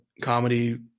comedy